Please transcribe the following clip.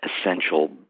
essential